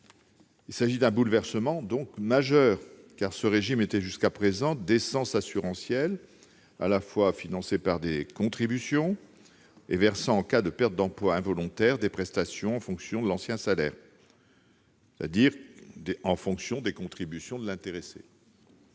Il s'agit d'un bouleversement majeur, car ce régime était, jusqu'à présent, d'essence assurantielle, à la fois financé par des contributions et versant, en cas de perte d'emploi involontaire, des prestations en fonction de l'ancien salaire, c'est-à-dire des contributions de l'intéressé.